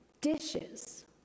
dishes